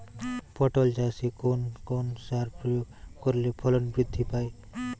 পটল চাষে কোন কোন সার প্রয়োগ করলে ফলন বৃদ্ধি পায়?